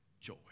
joy